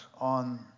on